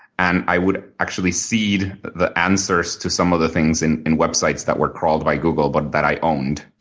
and i would actually seed the answers to some of the things in in websites that were crawled by google but that i owned.